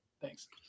Thanks